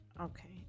okay